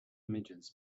images